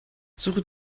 suche